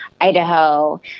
Idaho